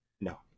no